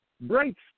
breaks